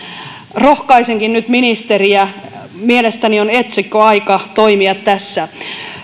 rohkaisenkin nyt ministeriä mielestäni on etsikkoaika toimia tässä